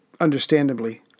understandably